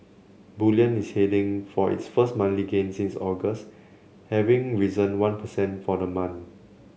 bullion is heading for its first monthly gain since August having risen one percent for the month